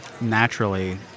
naturally